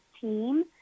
team